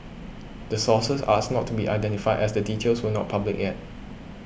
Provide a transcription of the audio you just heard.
the sources asked not to be identified as the details were not public yet